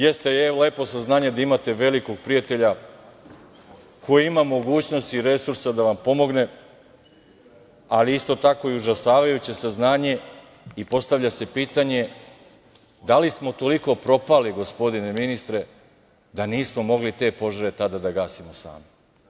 Jeste lepo saznanje da imate velikog prijatelja koji ima mogućnosti i resursa da vam pomogne, ali isto tako i užasavajuće saznanje i postavlja se pitanje, da li smo toliko propali, gospodine ministre da nismo mogli te požare tada da gasimo sami.